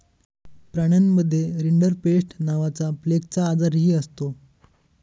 प्राण्यांमध्ये रिंडरपेस्ट नावाचा प्लेगचा आजारही असतो